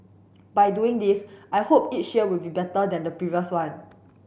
by doing this I hope each year will be better than the previous one